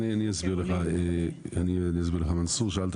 אני אסביר לך מנסור, שאלת